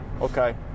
Okay